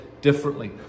differently